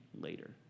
later